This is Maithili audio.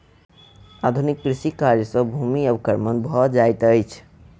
अधिक कृषि कार्य सॅ भूमिक अवक्रमण भ जाइत अछि